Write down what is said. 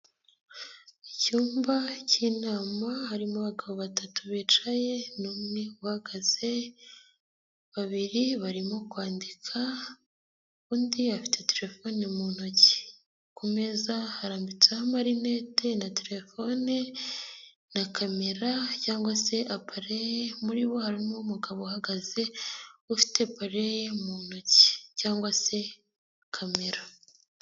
Icyumba k'inama harimo abagabo batatu bicaye n'umwe uhagaze babiri barimo kwandika, undi afite terefone mu ntoki, ku meza harambitseho amarinete na terefone na kamera. cyangwa se apareye, muri bo harimo umugabo uhagaze ufite apareye mu ntoki cyangwa se kamera.